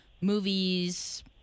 movies